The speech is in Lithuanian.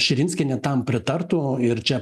širinskienė tam pritartų ir čia